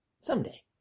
someday